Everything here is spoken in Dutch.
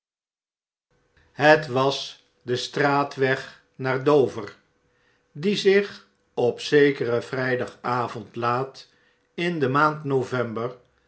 het was de straatweg naar d o v e r die zich op zekeren vrn'dagavond laat in demaand november